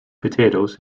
potatoes